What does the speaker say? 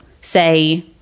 say